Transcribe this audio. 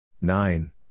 Nine